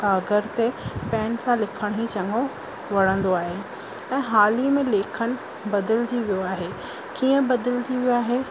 काॻर ते पैन सां लिखण ई चङो वणंदो आहे त हाल ई में लेखनि बदिलजी वियो आहे कीअं बदिलजी वियो आहे